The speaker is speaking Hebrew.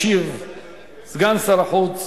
ישיב סגן שר החוץ,